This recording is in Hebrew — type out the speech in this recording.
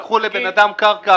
יכול להיות שייקחו לבן אדם קרקע,